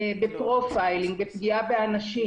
בפרופיילינג, בפגיעה באנשים.